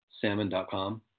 Salmon.com